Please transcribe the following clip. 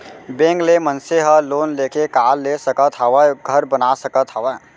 bank ले मनसे ह लोन लेके कार ले सकत हावय, घर बना सकत हावय